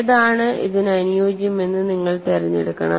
ഏതാണ് ഇതിന് അനുയോജ്യമെന്ന് നിങ്ങൾ തിരഞ്ഞെടുക്കണം